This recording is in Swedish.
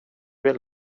vill